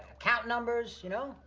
account numbers, you know?